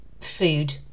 food